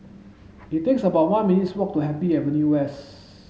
it is about one minutes' walk to Happy Avenue West